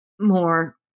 more